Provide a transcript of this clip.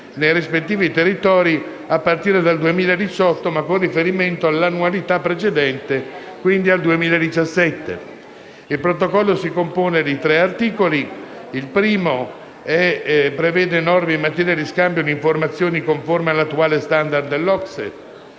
nei rispettivi territori a partire dal 2018, ma con riferimento all'annualità precedente, quindi al 2017. Il Protocollo si compone di tre articoli. Il primo prevede norme in materia di scambio di informazioni conformi all'attuale *standard* dell'OCSE.